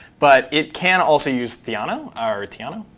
but it can also use theano or theano,